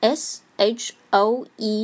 shoe